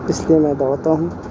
اس لیے میں دوڑتا ہوں